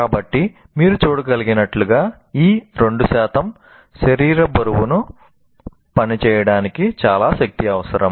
కాబట్టి మీరు చూడగలిగినట్లుగా ఈ 2 శరీర బరువు పనిచేయడానికి చాలా శక్తి అవసరం